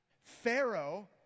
Pharaoh